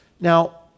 Now